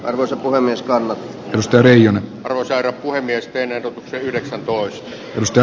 arvoisa puhemieskaimat kastelijan osaan kuin miesten yhdeksäntoista piste